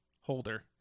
holder